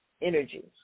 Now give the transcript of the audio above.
energy